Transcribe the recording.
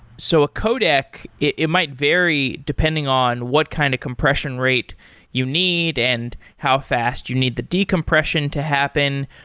so a codec, it it might vary depending on what kind of compression rate you need and how fast you need the decompression to happen.